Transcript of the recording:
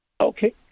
Okay